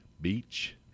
beach